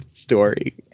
Story